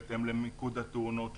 בהתאם למיקוד התאונות,